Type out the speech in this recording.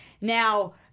Now